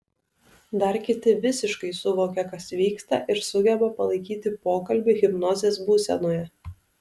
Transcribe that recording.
dar kiti visiškai suvokia kas vyksta ir sugeba palaikyti pokalbį hipnozės būsenoje